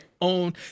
own